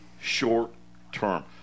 short-term